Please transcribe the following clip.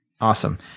Awesome